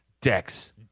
Dex